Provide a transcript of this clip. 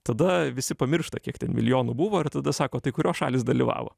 tada visi pamiršta kiek ten milijonų buvo ir tada sako tai kurios šalys dalyvavo